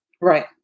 right